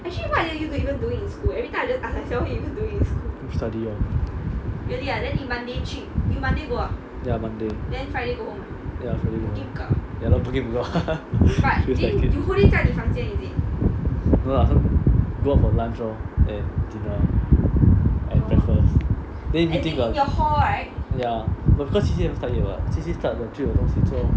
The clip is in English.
study lor ya monday ya friday go home ya lor book in book out no lah some go out for lunch lor and dinner and breakfast then in between got ya as in C_C_A haven't start [what] C_C_A start 了就有东西做 lor